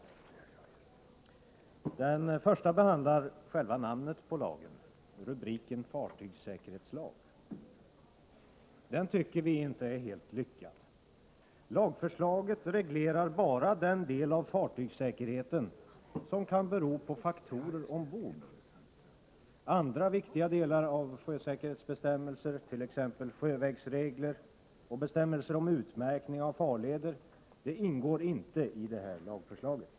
I den första behandlas själva namnet på lagen — fartygssäkerhetslagen. Vi tycker inte att det namnet är särskilt lyckat. Lagförslaget reglerar bara den del av fartygssäkerheten som kan bero på faktorer ombord. Andra viktiga delar som gäller sjösäkerhetsbestämmelser, t.ex. sjövägsregler och bestämmelser om utmärkning av farleder, ingår inte i detta lagförslag.